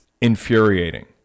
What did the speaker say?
infuriating